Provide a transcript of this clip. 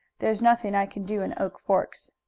there is nothing i can do in oak forks.